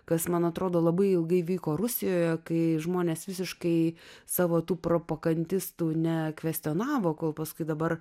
kas man atrodo labai ilgai vyko rusijoje kai žmonės visiškai savo tų propagandistų net kvestionavo kol paskui dabar